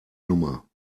nummer